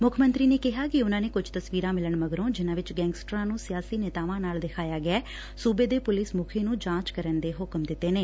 ਮੁਖ ਮੰਤਰੀ ਨੇ ਕਿਹਾ ਕਿ ਉਨੂਾ ਨੇ ਕੁਝ ਤਸਵੀਰਾਂ ਮਿਲਣ ਮਗਰੋਂ ਜਿਨੂਾਂ ਚ ਗੈਂਗਸਟਰਾਂ ਨੂੰ ਸਿਆਸੀ ਨੇਤਾਵਾਂ ਨਾਲ ਵਿਖਾਇਆ ਗਿਐ ਸੁਬੇ ਦੇ ਪੁਲਿਸ ਮੁਖੀ ਨੰ ਜਾਂਚ ਕਰਨ ਦੇ ਹੁਕਮ ਦਿੱਤੇ ਨੇ